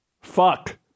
fuck